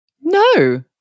No